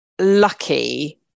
lucky